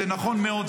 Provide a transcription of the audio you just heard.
זה נכון מאוד,